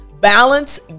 balance